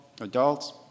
adults